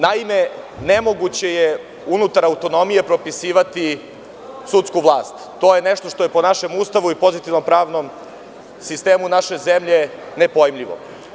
Naime, nemoguće je unutar autonomije propisivati sudsku vlast i to je ono što je po Ustavu i pozitivnom pravnom sistemu naše zemlje nepojmljivo.